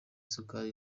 isukari